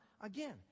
again